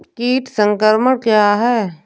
कीट संक्रमण क्या है?